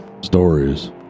stories